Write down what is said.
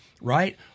Right